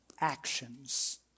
actions